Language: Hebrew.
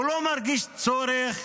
הוא לא מרגיש צורך,